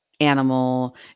animal